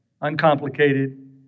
uncomplicated